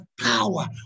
power